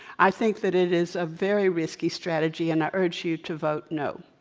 i think that it is a very risky strategy and i urge you to vote no.